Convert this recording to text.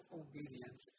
obedience